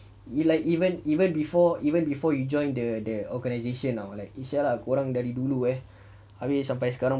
you like even even before even before you join the the organisation or like eh !siala! kau orang dari dulu eh abeh sampai sekarang